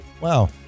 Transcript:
Wow